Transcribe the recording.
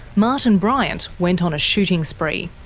martin bryant went on a shooting spree.